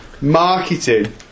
marketing